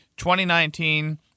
2019